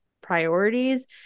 priorities